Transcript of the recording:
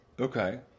Okay